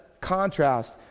contrast